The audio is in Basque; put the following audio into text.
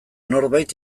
norbait